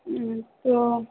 तो